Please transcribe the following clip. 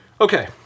Okay